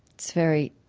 it's very,